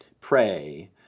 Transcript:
pray